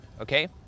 okay